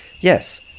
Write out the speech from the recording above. yes